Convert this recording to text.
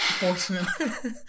Unfortunately